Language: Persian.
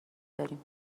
داریم